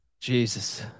Jesus